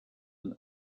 and